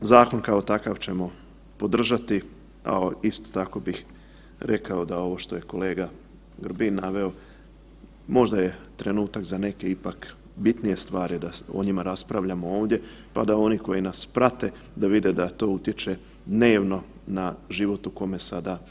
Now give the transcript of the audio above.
Zakon kao takav ćemo podržati, ali isto tako bih rekao da ovo što je kolega Grbin naveo možda je trenutak ipak bitnije stvari da o njima raspravljamo ovdje, pa da oni koji nas prate da vide da to utječe dnevno na život u kome sada žive.